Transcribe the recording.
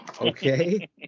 Okay